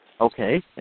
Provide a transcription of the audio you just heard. Okay